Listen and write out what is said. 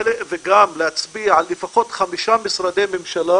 וגם להצביע על לפחות חמישה משרדי ממשלה